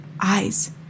Eyes